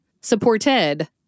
supported